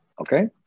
okay